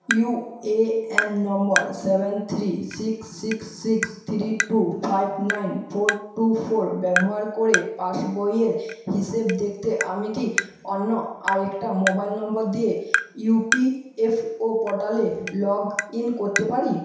UAN number seven three six six six three two five nine four two four ব্যবহার করে পাসবইয়ের হিসেব দেখতে আমি কি অন্য আরেকটা মোবাইল নম্বর দিয়ে ইপিএফও পোর্টালে লগ ইন করতে পারি